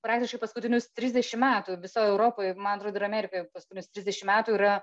praktiškai paskutinius trisdešim metų visoj europoj man atrodo ir amerikoj paskutinius trisdešim metų yra